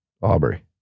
Aubrey